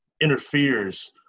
interferes